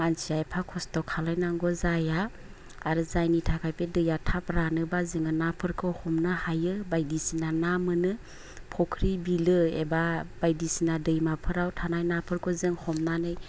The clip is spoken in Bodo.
मानसिया एफा खस्थ' खालायनांगौ जाया आरो जायनि थाखाय बे दैया थाब रानोबा जोङो नाफोरखौ हमनो हायो बायदिसिना ना मोनो फख्रि बिलो एबा बायदिसिना दैमाफोराव थानाय नाफोरखौ जों हमनानै